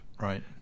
Right